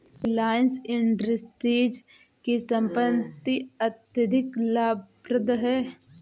रिलायंस इंडस्ट्रीज की संपत्ति अत्यधिक लाभप्रद है